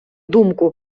думку